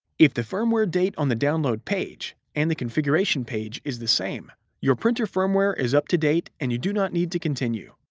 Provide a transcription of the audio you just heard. if the firmware date on the download page and the configuration page is the same, your printer firmware is up to date and you do not need to continue.